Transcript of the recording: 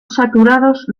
saturados